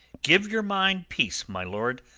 give your mind peace, my lord.